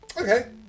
Okay